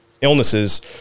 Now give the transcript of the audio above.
illnesses